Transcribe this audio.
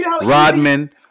Rodman